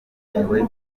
bitewe